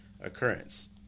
occurrence